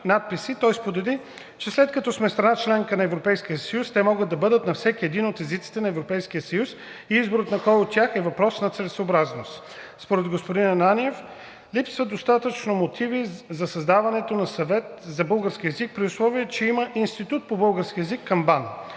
той сподели, че след като сме страна – членка на Европейския съюз, те могат да бъдат на всеки един от езиците на Европейския съюз и изборът на кой от тях – е въпрос на целесъобразност. Според господин Ананиев липсват достатъчно мотиви за създаването на Съвета за български език, при условие че има Институт по български език към